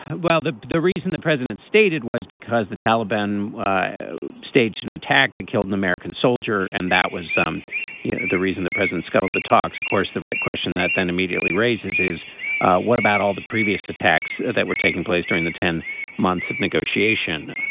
well the the reason the president stated was because the taliban staged an attack that killed an american soldier. and that was yeah the reason the president scuttled the talks of course the question that then immediately raises is what about all the previous attacks that were taking place during the ten months of negotiation.